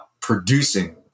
producing